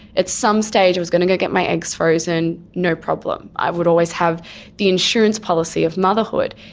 at some stage i was going to go get my eggs frozen, no problem. i would always have the insurance policy of motherhood.